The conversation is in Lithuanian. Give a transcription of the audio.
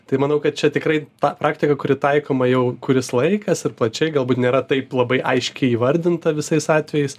tai manau kad čia tikrai ta praktika kuri taikoma jau kuris laikas ir plačiai galbūt nėra taip labai aiškiai įvardinta visais atvejais